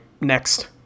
Next